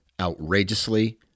outrageously